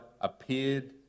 appeared